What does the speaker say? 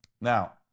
Now